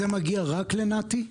זה מגיע רק לנת"י?